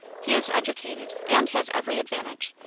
he is educated, and has every advantage,